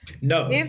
No